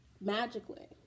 magically